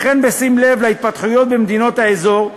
וכן בשים לב להתפתחויות במדינות האזור,